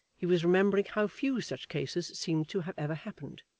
he was remembering how few such cases seemed to have ever happened.